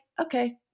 okay